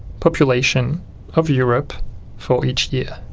population of europe for each year